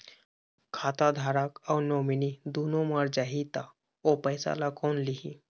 खाता धारक अऊ नोमिनि दुनों मर जाही ता ओ पैसा ला कोन लिही?